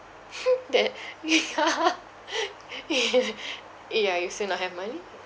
that yeah ya ya you will still not have money